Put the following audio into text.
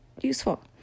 useful